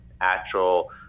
actual